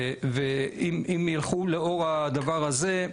אם ילכו לאור הדבר הזה,